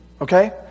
okay